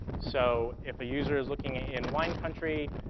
so if a user is looking in wine country,